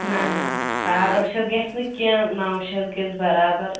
نَہ نَہ ساڑ ٲٹھ شٮ۪تھ گَژھنہٕ کیٚنٛہہ نَو شٮ۪تھ گَژھہِ بَرابَر